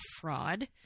fraud